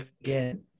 again